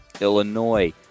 Illinois